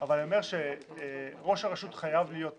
אבל אני אומר שראש הרשות חייב להיות נוכח,